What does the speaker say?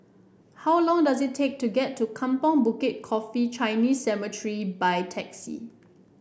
how long does it take to get to Kampong Bukit Coffee Chinese Cemetery by taxi